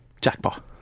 Jackpot